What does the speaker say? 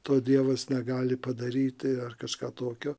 to dievas negali padaryti ar kažką tokio